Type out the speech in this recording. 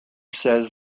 says